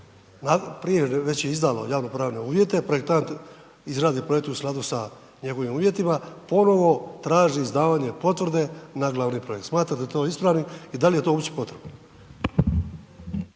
prije već je izdalo javnopravne uvjete, projektant izradi projekt u skladu sa njegovim uvjetima, ponovo traži izdavanje potvrde na glavni projekt. Smatrate ti ispravnim i da li je to uopće potrebno?